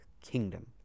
kingdom